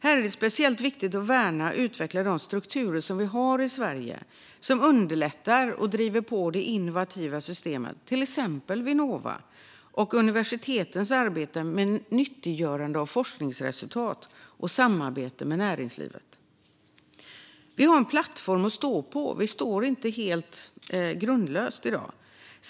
Här är det speciellt viktigt att värna och utveckla de strukturer i Sverige som underlättar och driver på det innovativa systemet, till exempel Vinnova och universitetens arbete med nyttiggörande av forskningsresultat och samarbete med näringslivet. Vi har en plattform att stå på; vi står inte helt utan grund i dag.